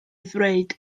ddweud